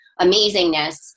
amazingness